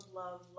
love